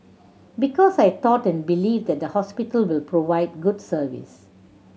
because I thought and believe that the hospital will provide good service